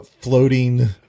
floating